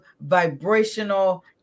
vibrational